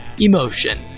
Emotion